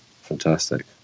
fantastic